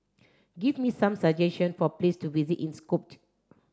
give me some suggestion for place to visit in Skopje